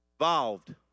involved